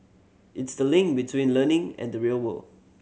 it's the link between learning and the real world